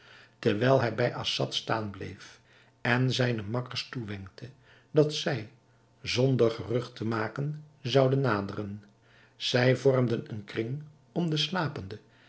terwijl hij bij assad staan bleef en zijne makkers toewenkte dat zij zonder gerucht te maken zouden naderen zij vormden een kring om den slapende